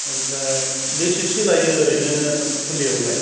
ओमफ्राय बेसेसो लायो ओरैनो फुलियावलाय